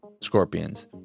scorpions